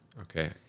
Okay